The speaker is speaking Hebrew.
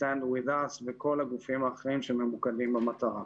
Stand With Us וכל הגופים האחרים שממוקדים במטרה.